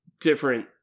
different